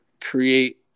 create